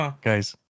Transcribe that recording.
Guys